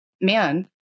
man